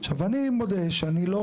עכשיו, אני מודה שאני לא